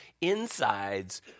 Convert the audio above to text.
insides